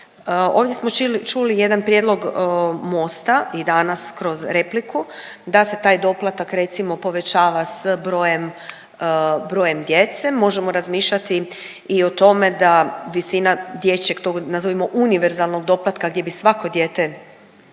Ovdje smo čuli jedan prijedlog MOST-a i danas kroz repliku da se taj doplatak recimo povećava s brojem, brojem djece možemo razmišljati i o tome da visina dječjeg tog nazovimo univerzalnog doplatka gdje bi svako dijete